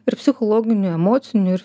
ir psichologinių emocinių ir